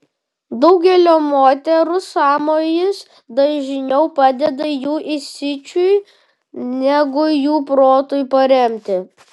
daugelio moterų sąmojis dažniau padeda jų įsiūčiui negu jų protui paremti